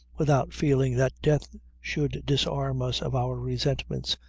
without feeling that death should disarm us of our resentments,